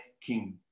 King